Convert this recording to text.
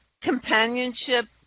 companionship